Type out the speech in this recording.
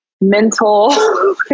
mental